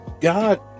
God